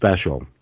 special